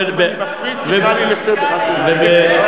אבל הוא שותף למשבר הפיסקלי.